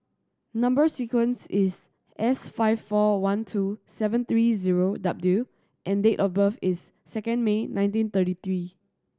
number sequence is S five four one two seven three zero W and date of birth is second May nineteen thirty three